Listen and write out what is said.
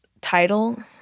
title